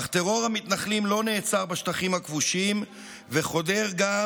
אך טרור המתנחלים לא נעצר בשטחים הכבושים וחודר גם